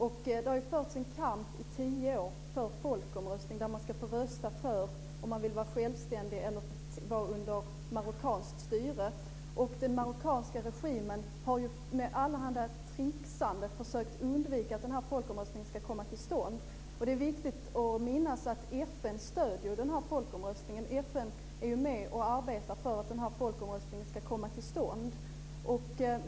I tio år har det förts en kamp för folkomröstning där man ska få rösta för om man vill vara självständig eller vara under marockanskt styre. Den marockanska regimen har med allehanda tricksanden försökt att undvika att folkomröstningen kommer till stånd. Det är viktigt att minnas att FN stöder denna folkomröstning. FN är ju med och arbetar för att den ska komma till stånd.